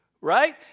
right